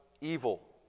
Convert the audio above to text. evil